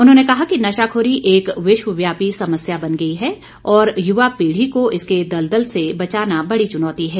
उन्होंने कहा कि नशाखोरी एक विश्व व्यापी समस्या बन गई है और युवा पीढ़ी को इसके दलदल से बचाना बड़ी चुनौती है